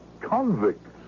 convicts